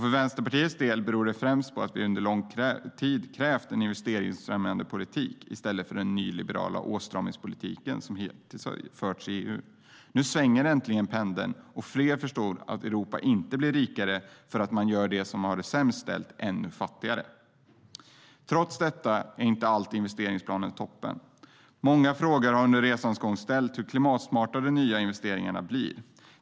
För Vänsterpartiets del beror det främst på att vi under lång tid har krävt en investeringsfrämjande politik i stället för den nyliberala åtstramningspolitik som hittills har förts i EU. Nu svänger äntligen pendeln, och fler förstår att Europa inte blir rikare av att man gör de som har det sämst ställt ännu fattigare. Trots detta är inte allt i investeringsplanen toppen. Många frågor har under resans gång ställts om hur klimatsmarta de nya investeringarna blir.